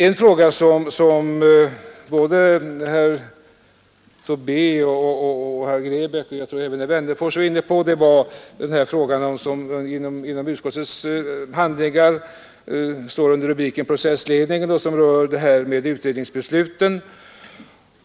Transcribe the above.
En fråga som herr Tobé, herr Grebäck och även herr Wennerfors var inne på och som i utskottets betänkande behandlats under rubriken ”Processledning och vissa rättegångskostnader” gäller utredningsbesluten.